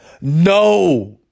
No